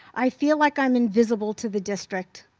i feel like i'm invisible to the district.